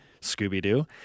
Scooby-Doo